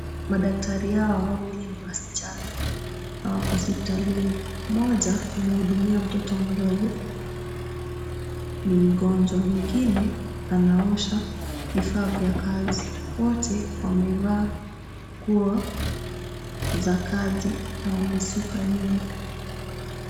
Madaktari hawa wawili ni wasichana na wako hospitalini. Mmoja anahudumia mtoto mdogo ni mgonjwa. Mwingine anaosha vifaa vya kazi. Wote wamevaa nguo za kazi na wamesuka nywele.